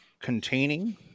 containing